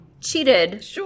cheated